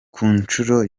kunshuro